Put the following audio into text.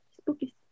spooky